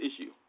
issue